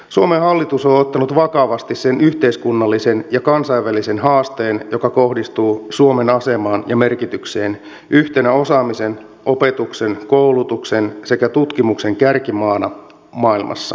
suomen hallitus on ottanut vakavasti sen yhteiskunnallisen ja kansainvälisen haasteen joka kohdistuu suomen asemaan ja merkitykseen yhtenä osaamisen opetuksen koulutuksen sekä tutkimuksen kärkimaana maailmassa